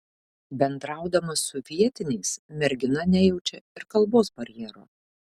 bendraudama su vietiniais mergina nejaučia ir kalbos barjero